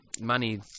money